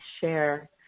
share